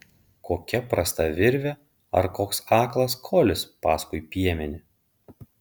kokia prasta virvė ar koks aklas kolis paskui piemenį